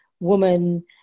woman